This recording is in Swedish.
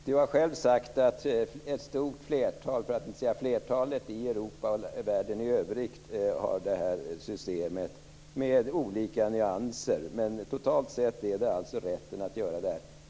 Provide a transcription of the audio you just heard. Fru talman! Rolf Åbjörnsson har själv sagt att ett stort flertal, för att inte säga flertalet i Europa och världen i övrigt, har det här systemet, med olika nyanser. Men totalt sett har de rätten att göra detta.